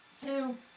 Two